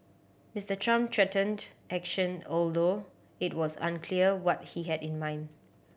Mister Trump threatened action although it was unclear what he had in mind